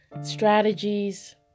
strategies